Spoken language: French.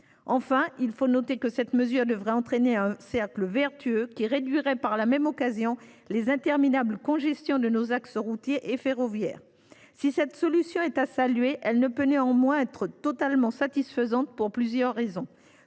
Enfin – il faut le noter –, cette mesure devrait entraîner un cercle vertueux, qui réduirait par la même occasion les interminables congestions de nos axes routiers et ferroviaires. « Si cette solution est à saluer, elle ne peut néanmoins pas être totalement satisfaisante, pour plusieurs raisons.